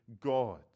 God